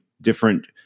different